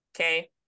Okay